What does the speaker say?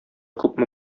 күпме